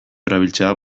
erabiltzea